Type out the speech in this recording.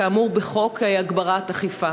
כאמור בחוק הגברת האכיפה?